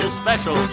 special